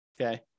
okay